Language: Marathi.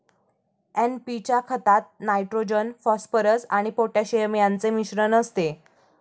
एन.पी च्या खतात नायट्रोजन, फॉस्फरस आणि पोटॅशियम यांचे मिश्रण असते